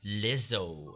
Lizzo